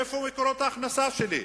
איפה מקורות ההכנסה שלי?